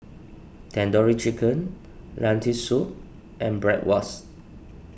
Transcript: Tandoori Chicken Lentil Soup and Bratwurst